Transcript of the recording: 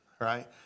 Right